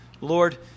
Lord